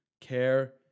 Care